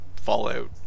Fallout